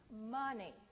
money